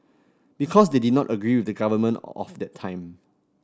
because they did not agree with the government of that time